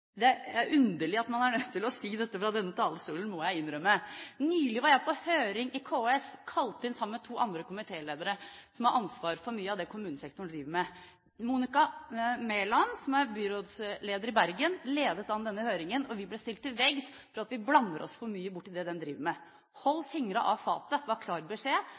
Det er underlig at man er nødt til å si dette fra denne talerstolen – det må jeg innrømme. Nylig var jeg på høring i KS, kalt inn sammen med to andre komitéledere som har ansvar for mye av det kommunesektoren driver med. Monica Mæland, som er byrådsleder i Bergen, ledet an denne høringen, og vi ble stilt til veggs for at vi blander oss for mye borti det de driver med. Hold fingrene av fatet, var klar beskjed